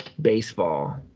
baseball